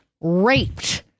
raped